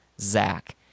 Zach